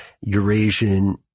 Eurasian